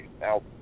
Now